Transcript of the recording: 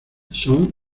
son